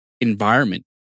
environment